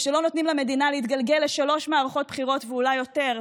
ושלא נותנים למדינה להתגלגל לשלוש מערכות בחירות ואולי יותר,